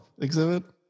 exhibit